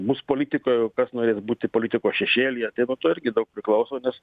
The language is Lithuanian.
bus politikoje kas norės būti politikos šešėlyje tai nuo to irgi daug priklauso nes